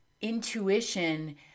intuition